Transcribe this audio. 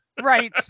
Right